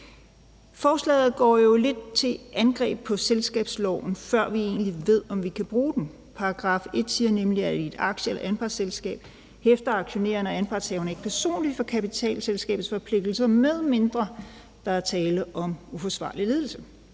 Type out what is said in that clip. Forslaget går jo lidt til angreb på selskabsloven, før vi egentlig ved, om vi kan bruge den. § 1 siger nemlig, at i et aktie- eller anpartsselskab hæfter aktionærerne og anpartshaverne ikke personligt for kapital i selskabets forpligtelser, medmindre der er tale om uforsvarlig ledelse.